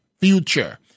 future